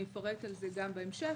אפרט על זה גם בהמשך.